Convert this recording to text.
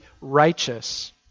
righteous